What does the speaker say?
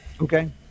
Okay